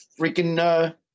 freaking